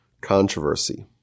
controversy